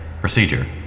Procedure